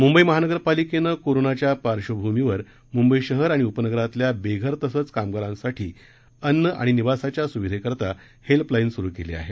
मुंबई महानगरपालिकेनं कोरोनाच्या पार्श्वभूमीवर मुंबई शहर आणि उपनगरांतल्या बेघर तसंच कामगारांसाठी अन्न आणि निवासाच्या सुविधेसाठी हेल्पलाईन सुरु केली आहे